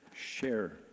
Share